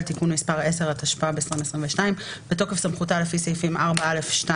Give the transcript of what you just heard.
בתוקף סמכותה לפי סעיפים 4(א)(2),